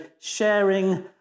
Sharing